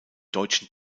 deutschen